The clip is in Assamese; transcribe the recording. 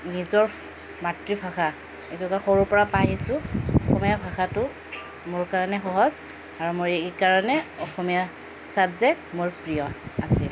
নিজৰ মাতৃভাষা এইটোকে সৰুৰ পৰা পাই আহিছোঁ অসমীয়া ভাষাটো মোৰ কাৰণে সহজ আৰু মই এই কাৰণে অসমীয়া চাবজেক্ট মোৰ প্ৰিয় আছিল